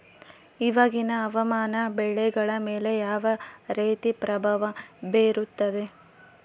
ಇವಾಗಿನ ಹವಾಮಾನ ಬೆಳೆಗಳ ಮೇಲೆ ಯಾವ ರೇತಿ ಪ್ರಭಾವ ಬೇರುತ್ತದೆ?